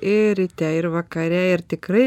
ir ryte ir vakare ir tikrai